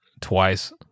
twice